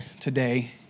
today